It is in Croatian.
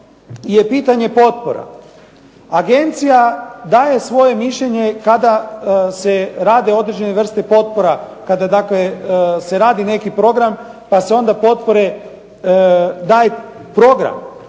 je pitanje potpora. Agencija daje svoje mišljenje kada se rade određene vrste potpora, kada dakle se radi neki program, pa se onda potpore daje program,